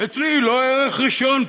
אצלי היא לא ערך ראשון,